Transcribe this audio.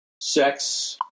sex